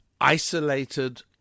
isolated